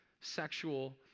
sexual